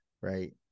right